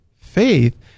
faith